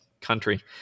country